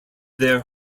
their